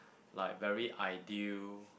like very ideal